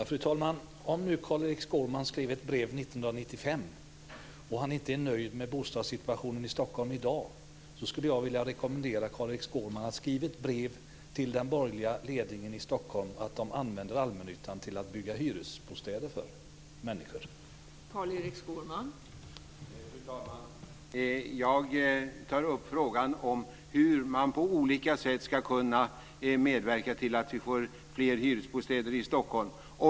Fru talman! Om nu Carl-Erik Skårman skrev ett brev 1995 och inte är nöjd med bostadssituationen i Stockholm i dag skulle jag vilja rekommendera Carl Erik Skårman att skriva ett brev till den borgerliga ledningen i Stockholm att den ska använda allmännyttan i Stockholm till att bygga hyresbostäder för människor.